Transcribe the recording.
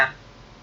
!huh!